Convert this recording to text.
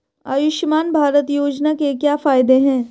आयुष्मान भारत योजना के क्या फायदे हैं?